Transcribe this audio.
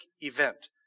event